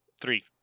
Three